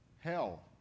hell